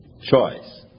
choice